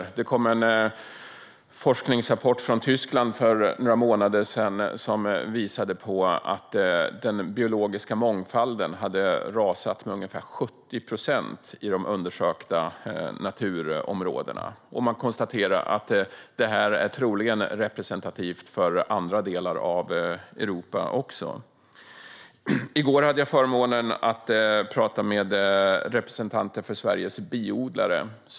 För några månader sedan kom en forskningsrapport från Tyskland som visade på att den biologiska mångfalden hade rasat med ungefär 70 procent i de undersökta naturområdena. Man konstaterade att detta troligen är representativt också för andra delar av Europa. I går hade jag förmånen att tala med representanter för Sveriges biodlare.